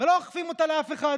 ולא אוכפים אותה על אף אחד.